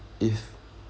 if